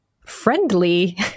friendly